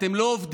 אתם לא עובדים.